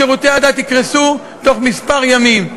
שירותי הדת יקרסו בתוך כמה ימים.